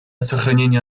сохранения